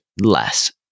less